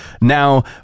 now